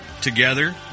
Together